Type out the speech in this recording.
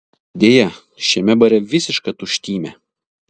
deja šiame bare visiška tuštymė